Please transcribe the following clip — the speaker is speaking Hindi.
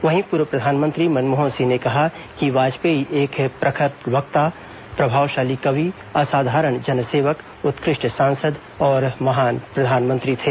वहीं पूर्व प्रधानमंत्री मनमोहन सिंह ने कहा कि वाजपेयी एक प्रखर वक्ता प्रभावशाली कवि असाधारण जनसेवक उत्कृष्ट सांसद और महान प्रधानमंत्री थे